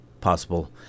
possible